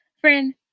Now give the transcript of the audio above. Friend